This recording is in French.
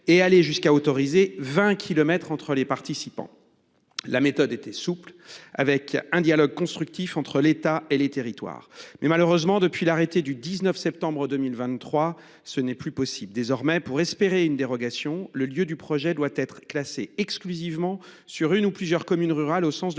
aller jusqu’à 20 kilomètres entre les participants. La méthode était souple, avec un dialogue constructif entre l’État et les territoires. Malheureusement, depuis l’arrêté du 19 septembre 2023, ce n’est plus possible. Désormais, pour que l’on puisse espérer une dérogation, il faut que le lieu du projet soit classé exclusivement sur une ou plusieurs communes rurales au sens de